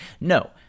no